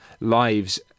lives